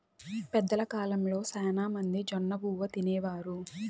పెద్దల కాలంలో శ్యానా మంది జొన్నబువ్వ తినేవారు